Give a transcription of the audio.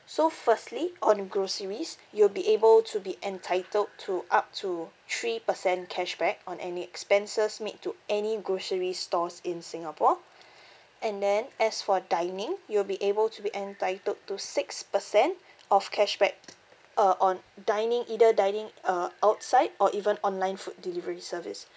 so firstly on groceries you will be able to be entitled to up to three percent cashback on any expenses made to any grocery stores in singapore and then as for dining you will be able to be entitled to six percent of cashback uh on dining either dining uh outside or even online food delivery service